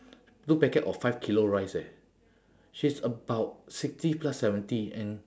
two packet of five kilo rice eh she's about sixty plus seventy and